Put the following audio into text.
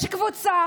יש קבוצה